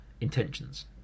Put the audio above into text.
intentions